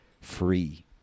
free